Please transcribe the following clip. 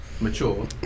mature